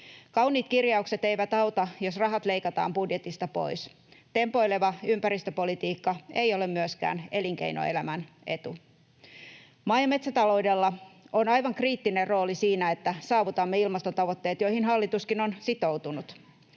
Kauniit kirjaukset eivät auta, jos rahat leikataan budjetista pois. Tempoileva ympäristöpolitiikka ei ole myöskään elinkeinoelämän etu. Maa‑ ja metsätaloudella on aivan kriittinen rooli siinä, että saavutamme ilmastotavoitteet, joihin hallituskin on sitoutunut.